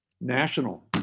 national